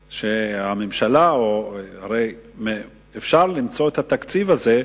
שהממשלה הרי אפשר למצוא את התקציב הזה,